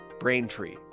Braintree